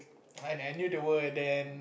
I I knew the word then